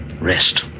Rest